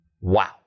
Wow